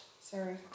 Sorry